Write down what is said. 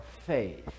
faith